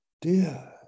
dear